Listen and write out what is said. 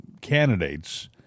candidates